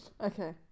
Okay